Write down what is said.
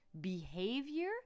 behavior